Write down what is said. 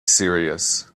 serious